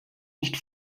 nicht